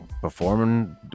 performing